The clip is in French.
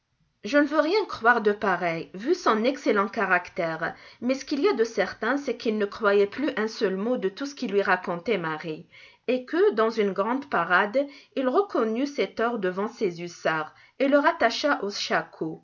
je ne veux rien croire de pareil vu son excellent caractère mais ce qu'il y a de certain c'est qu'il ne croyait plus un seul mot de tout ce que lui racontait marie et que dans une grande parade il reconnut ses torts devant ses hussards et leur attacha au shako